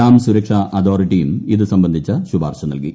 dam സുരക്ഷാ അതോറിട്ടിയും ഇതു സംബന്ധിച്ച ശുപാർശ നൽകി